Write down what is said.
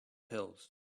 pills